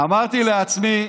אמרתי לעצמי,